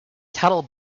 cattle